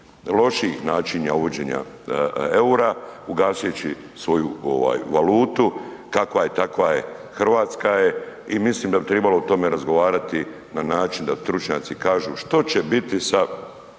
lošijih načina uvođenja eura ugasujući svoju valutu, kakva je, takva je, hrvatska je i mislim da bi trebalo o tome razgovarati na način da stručnjaci kažu što će biti sa